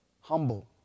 Humble